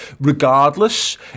Regardless